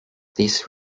this